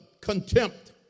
contempt